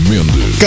Mendes